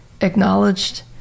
acknowledged